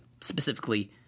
specifically